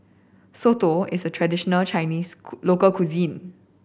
soto is a traditional Chinese local cuisine